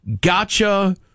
gotcha